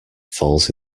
falls